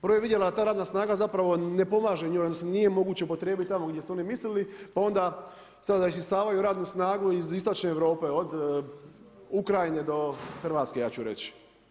Prvo je vidjela da ta radna snaga zapravo ne pomaže njoj, odnosno nije moguće je upotrijebiti tamo gdje su oni mislili, pa onda sada isisavaju radnu snagu iz istočne Europe, od Ukrajine do Hrvatske, ja ću reći.